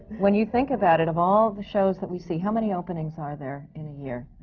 when you think about it, of all the shows that we see, how many openings are there in a year?